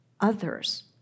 others